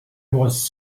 was